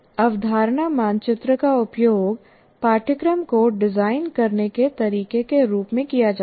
अवधारणा मानचित्र का उपयोग पाठ्यक्रम को डिजाइन करने के तरीके के रूप में किया जाता है